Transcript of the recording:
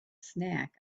snack